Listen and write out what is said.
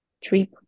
trip